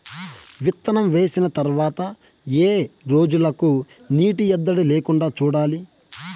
విత్తనం వేసిన తర్వాత ఏ రోజులకు నీటి ఎద్దడి లేకుండా చూడాలి?